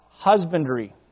husbandry